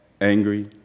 angry